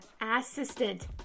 assistant